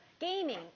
gaming